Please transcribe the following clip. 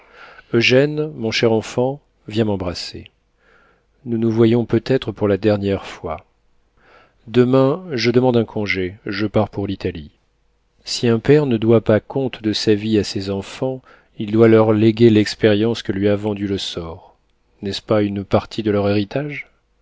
eugène mon cher enfant viens m'embrasser nous nous voyons peut-être pour la dernière fois demain je demande un congé je pars pour l'italie si un père ne doit pas compte de sa vie à ses enfants il doit leur léguer l'expérience que lui a vendue le sort n'est-ce pas une partie de leur héritage